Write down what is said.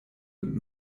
und